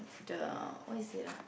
the what is it ah